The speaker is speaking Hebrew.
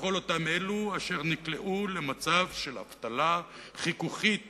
לכל אלה שנקלעו למצב של אבטלה חיכוכית